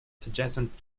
adjacent